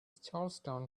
charleston